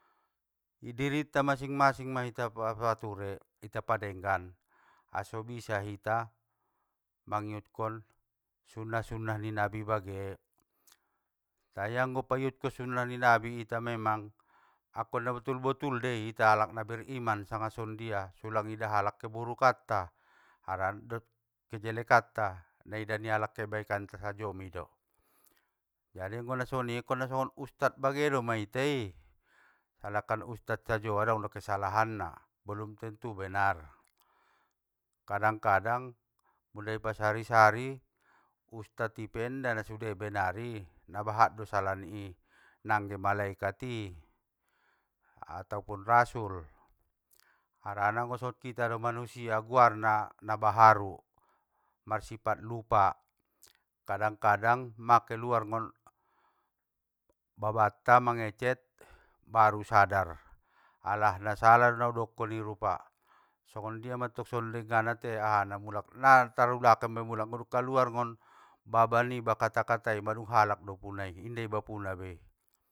I diri ta masing masing ma ita pature, ita padenggan, anso bisa hita mangiutkon sunnah sunnah ni nabi bagen!, tai anggo paiutkon sunnah ni nabi ita memang, angkon nabetul betul dei ita alak namariman sanga songondia, soulang nida halak keburukanta, harana dot kejelakanta, naida ni alak kebaikanta sajo meido, jadi anggo na soni, angkon songon ustad bagen doma ita i, halakan ustad sajo adong do kesalahanna, belum tentu benar. Kadang kadang, muda i pasari sari, ustad i pe inda nasude benar i, na bahat do sala ni i, nangge malaikat i, ataupun rasul, harana anggo songon kita do manusia guarna, nabaharu!, marsifat lupa, kadang kadang mang keluar nggon, babata mangecet baru sadar, alah nasala do naudokon i rupa, songondia mattong so denggan ate ahana mulak, na tarulakan be mulak anggo dung kaluar nggon, baba niba kata katai mandung halak do punai i inda iba puna i be.